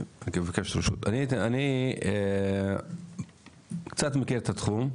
אני קצת מכיר את התחום.